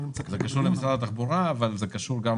זה קשור למשרד התחבורה, אבל זה קשור גם